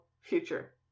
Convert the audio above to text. future